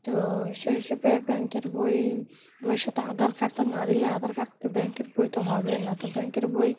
তো সেই হিসেবে ব্যাংকের বই বইয়ের সাথে আধার কার্ড তো না দিলে আধার কার্ড তো ব্যাংকের বই তো হবে না তো ব্যাংকের বই